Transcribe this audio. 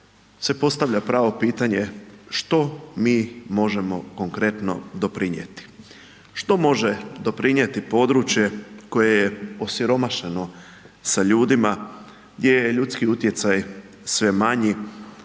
se postavlja pravo pitanje, što mi možemo konkretno doprinijeti. Što može doprinijeti područje koje je osiromašeno sa ljudima, gdje je ljudski utjecaj sve manji,